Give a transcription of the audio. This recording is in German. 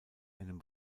einem